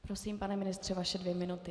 Prosím, pane ministře, vaše dvě minuty.